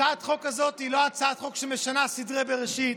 הצעת החוק הזאת היא לא הצעת חוק שמשנה סדרי בראשית.